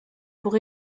pour